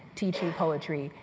teaching poetry,